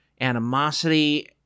animosity